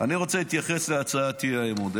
אני רוצה להתייחס להצעת האי-אמון,